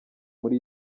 muri